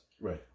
Right